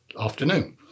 afternoon